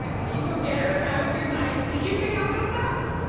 ah you go get her have a good night. did you pick out those sox?